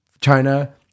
China